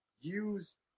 use